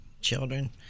children